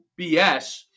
BS